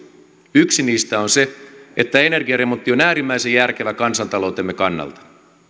yksi niistä on se että energiaremontti on äärimmäisen järkevä kansantaloutemme kannalta